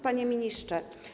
Panie Ministrze!